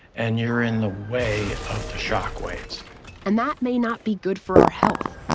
and you're in the way of the shockwaves and that may not be good for our health.